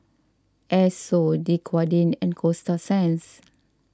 Esso Dequadin and Coasta Sands